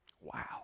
Wow